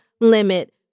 limit